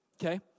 Okay